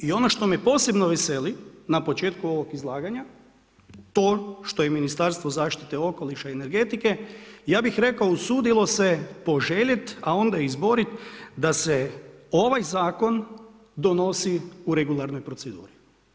I ono što me posebno veseli na početku ovog izlaganja, to što je Ministarstvo zaštite okoliša i energetike, ja bi rekao usudilo se poželjet a onda izboriti, da se ovaj zakon donosi u regularnoj proceduru.